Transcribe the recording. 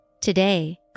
Today